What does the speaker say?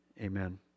amen